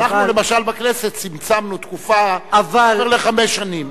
למשל בכנסת אנחנו צמצמנו תקופה מעבר לחמש שנים.